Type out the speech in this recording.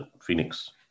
Phoenix